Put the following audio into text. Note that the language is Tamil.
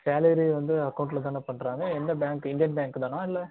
சலரி வந்து அகௌண்ட்டில் தானே பண்ணுறாங்க எந்த பேங்க் இந்தியன் பேங்க்கு தானா இல்லை